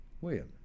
William